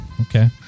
okay